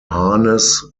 harness